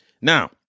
Now